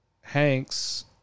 Hank's